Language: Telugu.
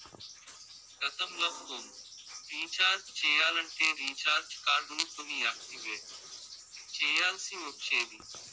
గతంల ఫోన్ రీచార్జ్ చెయ్యాలంటే రీచార్జ్ కార్డులు కొని యాక్టివేట్ చెయ్యాల్ల్సి ఒచ్చేది